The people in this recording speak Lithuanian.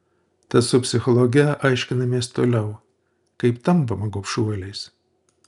tad su psichologe aiškinamės toliau kaip tampama gobšuoliais